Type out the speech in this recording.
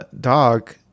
dog